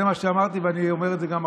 זה מה שאמרתי, ואני אומר את זה גם עכשיו.